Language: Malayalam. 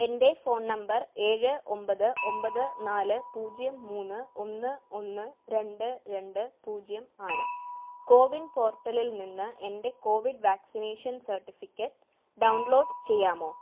എൻ്റെ ഫോൺ നമ്പർ ഏഴ് ഒമ്പത് ഒമ്പത് നാല് പൂജ്യം മൂന്ന് ഒന്ന് ഒന്ന് രണ്ട് രണ്ട് പൂജ്യം ആണ് കോവിന് പോർട്ടലിൽ നിന്ന് എന്റെ കോവിഡ് വാക്സിനേഷൻ സർട്ടിഫിക്കറ്റ് ഡൗൺലോഡ് ചെയ്യാമോ